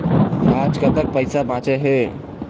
आज कतक पैसा बांचे हे?